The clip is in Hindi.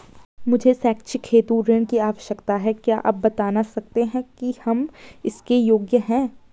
मुझे शैक्षिक हेतु ऋण की आवश्यकता है क्या आप बताना सकते हैं कि हम इसके योग्य हैं?